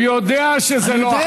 הוא יודע שזה לא החוק.